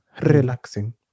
relaxing